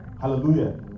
Hallelujah